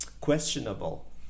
questionable